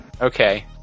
Okay